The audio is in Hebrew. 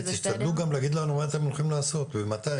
תשתדלו גם להגיד לנו מה אתם הולכים לעשות ומתי.